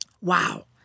Wow